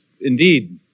indeed